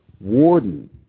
Warden